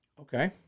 Okay